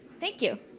thank you.